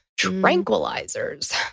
Tranquilizers